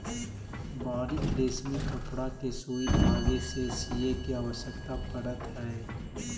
बारीक रेशमी कपड़ा के सुई धागे से सीए के आवश्यकता पड़त हई